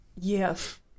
Yes